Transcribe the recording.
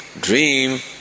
dream